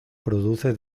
produce